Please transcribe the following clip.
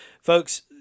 folks